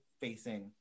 facing